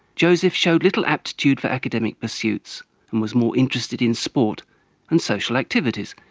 joseph showed little aptitude for academic pursuits and was more interested in sport and social activities.